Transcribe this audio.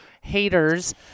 haters